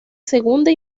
segunda